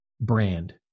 brand